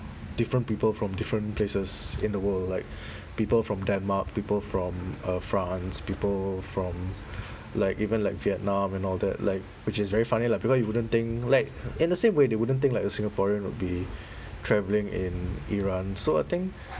different people from different places in the world like people from denmark people from uh france people from like even like vietnam and all that like which is very funny lah because you wouldn't think like in the same way they wouldn't think like a singaporean will be travelling in iran so I think